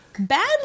Bad